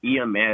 EMS